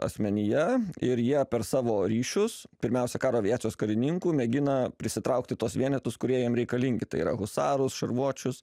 asmenyje ir jie per savo ryšius pirmiausia karo aviacijos karininkų mėgina prisitraukti tuos vienetus kurie jiem reikalingi tai yra husarus šarvuočius